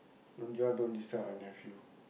don't you all don't disturb my nephew